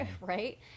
Right